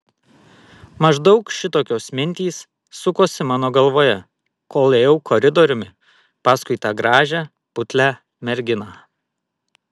maždaug šitokios mintys sukosi mano galvoje kol ėjau koridoriumi paskui tą gražią putlią merginą